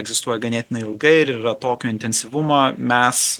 egzistuoja ganėtinai ilgai ir yra tokio intensyvumo mes